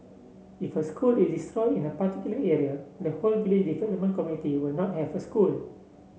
if a school is destroyed in a particular area the whole village development committee will not have a school